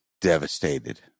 devastated